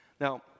Now